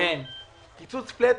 קיצוץ פלאט,